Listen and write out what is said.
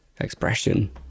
expression